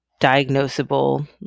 diagnosable